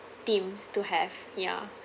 teams to have ya